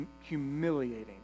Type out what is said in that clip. humiliating